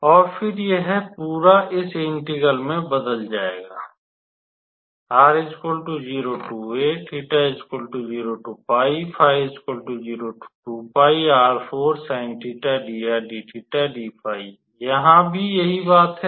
और फिर यह पूरा इस इंटेग्रल मैं बदल जाएगा यहां भी यही बात है